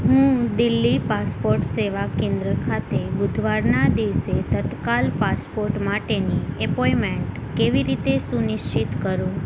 હું દિલ્હી પાસપોર્ટ સેવા કેન્દ્ર ખાતે બુધવારના દિવસે તત્કાલ પાસપોર્ટ માટેની એપોઇમેન્ટ કેવી રીતે સુનિશ્ચિત કરું